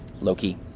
low-key